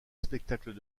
spectacles